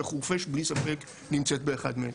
וחורפיש בלי ספק נמצאת באחד מהם.